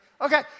Okay